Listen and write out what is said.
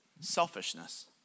Selfishness